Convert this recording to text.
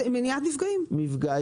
זה מניעת מפגעים.